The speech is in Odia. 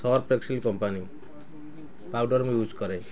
ସର୍ପ ଏକ୍ସିିଲ୍ କମ୍ପାନୀ ପାଉଡ଼ର୍ ମୁଁ ୟୁଜ୍ କରେ